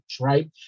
right